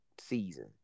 season